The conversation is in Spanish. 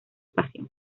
pasión